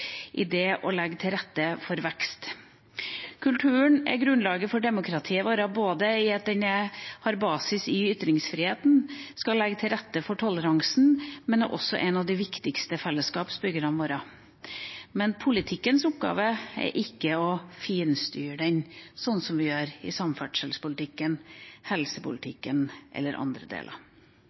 det å legge til rette for vekst. Kulturen er grunnlaget for demokratiet vårt, både ved at den har basis i ytringsfriheten og skal legge til rette for toleranse, og også ved at den er en av de viktigste fellesskapsbyggerne våre. Politikkens oppgave er ikke å finstyre den, sånn som vi gjør i samferdselspolitikken, helsepolitikken eller andre deler.